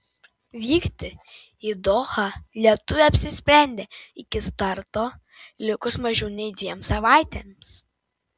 vykti į dohą lietuvė apsisprendė iki starto likus mažiau nei dviem savaitėms